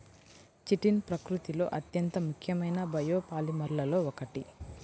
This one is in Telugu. చిటిన్ ప్రకృతిలో అత్యంత ముఖ్యమైన బయోపాలిమర్లలో ఒకటి